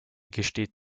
gesteht